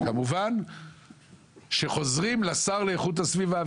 כמובן שחוזרים לשר לאיכות הסביבה,